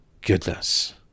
goodness